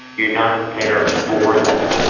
you're not there for them.